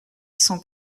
cent